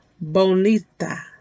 Bonita